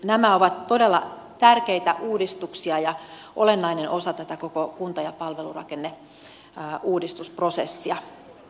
nämä ovat todella tärkeitä uudistuksia ja olennainen osa tätä koko kunta ja palvelurakenneuudistusprosessia